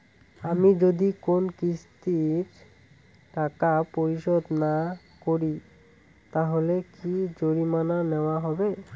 আমি যদি কোন কিস্তির টাকা পরিশোধ না করি তাহলে কি জরিমানা নেওয়া হবে?